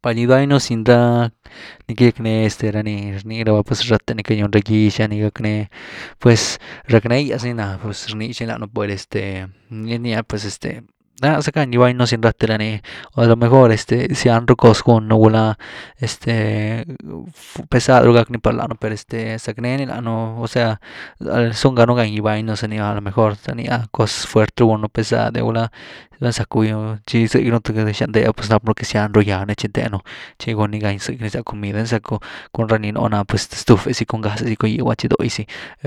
Par ivañnu sin ra ni cayack neera ni nry raba pues ráth ni cayun ra gyx’a nii gacknee pues rackneegyas ni na, pues rnix ni lanu pues este nii la rnia’ah, pues este ¡ah!, zackan gybany un sin ráth ra ni o alo mejor este zyan ruc os guunu, gulá este pesad’e ru gack ni par danun per este zackeeny lanu, osea zún ganu gan gybany nú ná za ni naa a lo mejor zaniá cos fuert ru gún un perzh ‘ah val zck tchi gyzëcknu th xan deeh pues nápnu que zyan ru gýag ni tchteenu tchi gun ni gan gyzëcky ni xan comid, einty val zacku cun ra ni nú naa’ah pues th estuf’e si cun gas gycugyw tchi dóh’gysi